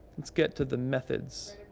let's get to the methods.